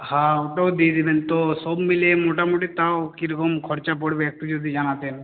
হাঁ ওটাও দিয়ে দেবেন তো সব মিলিয়ে মোটামুটি তাও কীরকম খরচা পড়বে একটু যদি জানাতেন